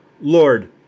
Lord